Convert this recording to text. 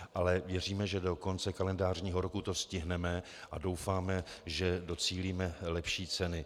Ale věříme, že do konce kalendářního roku to stihneme, a doufáme, že docílíme lepší ceny.